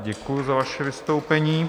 Děkuji za vaše vystoupení.